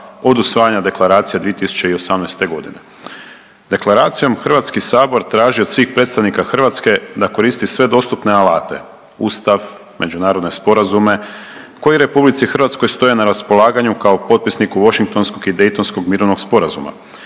od usvajanja Deklaracije 2018. godine. Deklaracijom Hrvatski sabor traži od svih predstavnika Hrvatske da koristi sve dostupne alate Ustav, međunarodne sporazume koji Republici Hrvatskoj stoje na raspolaganju kao potpisniku Washingtonskog i Daytonskog mirovnog sporazuma